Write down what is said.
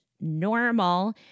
normal